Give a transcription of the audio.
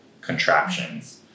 contraptions